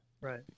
Right